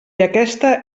aquesta